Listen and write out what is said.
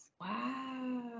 Wow